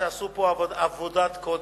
שעשו פה עבודת קודש.